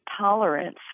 tolerance